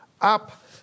up